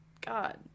God